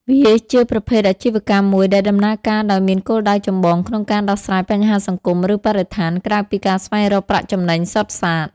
វាជាប្រភេទអាជីវកម្មមួយដែលដំណើរការដោយមានគោលដៅចម្បងក្នុងការដោះស្រាយបញ្ហាសង្គម ឬបរិស្ថាន ក្រៅពីការស្វែងរកប្រាក់ចំណេញសុទ្ធសាធ។